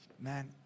Man